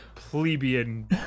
plebeian